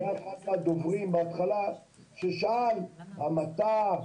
אחד הדוברים בהתחלה דיבר על המתה,